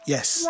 Yes